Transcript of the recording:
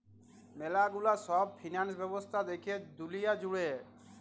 ম্যালা গুলা সব ফিন্যান্স ব্যবস্থা দ্যাখে দুলিয়া জুড়ে